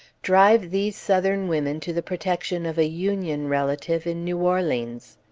drive these southern women to the protection of a union relative in new orleans.